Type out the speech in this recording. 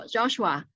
Joshua 。